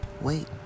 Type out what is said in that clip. wait